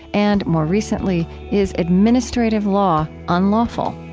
and more recently, is administrative law unlawful?